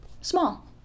small